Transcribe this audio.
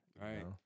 right